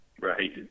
Right